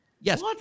Yes